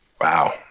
Wow